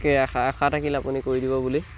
তাকে আশা আশা থাকিল আপুনি কৰি দিব বুলি